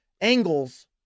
angles